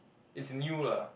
it's new lah